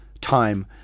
time